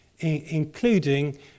Including